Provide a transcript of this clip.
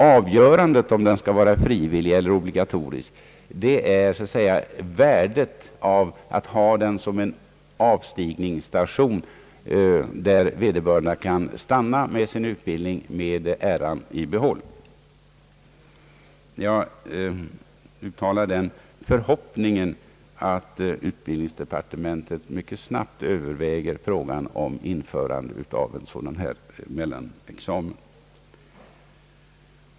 Avgörande skall då vara värdet att ha den som en avstigningsstation, där vederbörande kan stanna i sin utbildning med äran i behåll. Jag uttalar den förhoppningen att utbildningsdepartementet snabbt överväger frågan om införande av en sådan här mellanexamen.